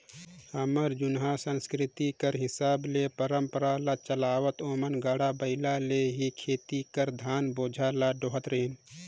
हमर जुनहा संसकिरती कर हिसाब ले परंपरा ल चलावत ओमन गाड़ा बइला ले ही खेत कर धान बोझा ल डोहत रहिन